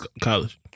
college